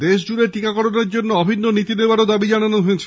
দেশজুড়ে টিকাকরণের জন্য অভিন্ন নীতি নেওয়ারও দাবি জানানো হয়েছে